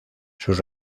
sus